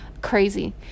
crazy